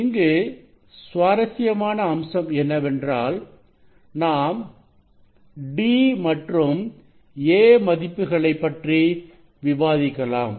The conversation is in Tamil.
இங்கு சுவாரசியமான அம்சம் என்னவென்றால் நாம் d மற்றும் a மதிப்புகளை பற்றி விவாதிக்கலாம்